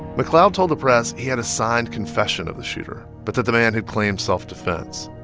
mcleod told the press he had a signed confession of the shooter, but that the man had claimed self-defense.